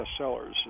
bestsellers